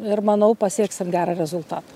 ir manau pasieksim gerą rezultatą